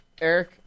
Eric